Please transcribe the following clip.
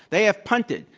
they have punted.